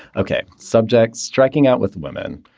okay. subject striking out with women.